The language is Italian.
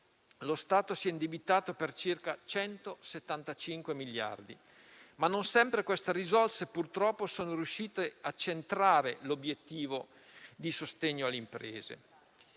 lo Stato si è indebitato per circa 175 miliardi di euro, ma non sempre queste risorse sono purtroppo riuscite a centrare l'obiettivo del sostegno alle imprese.